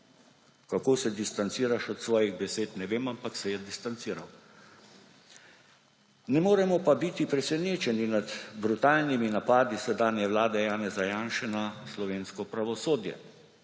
Kako se distanciraš od svojih besed, ne vem, ampak se je distanciral. Ne moremo pa biti presenečeni nad brutalnimi napadi sedanje vlade Janeza Janše na slovensko pravosodje